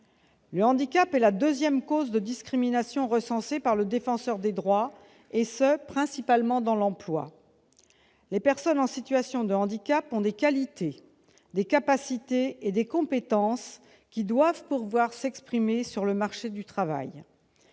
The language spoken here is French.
Le handicap est la deuxième cause de discrimination recensée par le Défenseur des droits, et ce principalement dans l'emploi. Les personnes en situation de handicap ont des qualités, des capacités et des compétences qui doivent pouvoir s'exprimer sur le marché du travail.